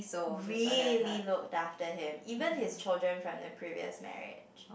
really looked after him even his children from the previous marriage